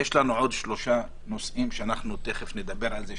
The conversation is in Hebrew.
יש לנו עוד שלושה נושאים שתכף נדבר עליהם,